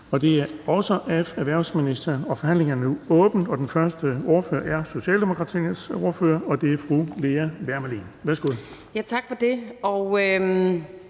Den fg. formand (Erling Bonnesen): Forhandlingen er åbnet. Den første ordfører er Socialdemokratiets ordfører, og det er fru Lea Wermelin. Værsgo. Kl.